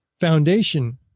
foundation-